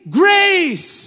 grace